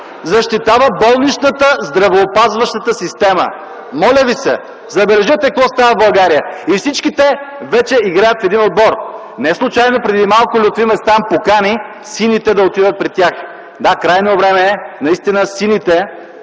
защитава болничната, здравеопазващата система. Моля ви се, забележете какво става в България – и всички те вече играят в един отбор. (Шум от КБ.) Неслучайно преди малко Лютви Местан покани сините да отидат при тях. Да, крайно време е наистина сините,